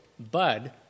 bud